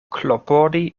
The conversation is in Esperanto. klopodi